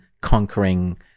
conquering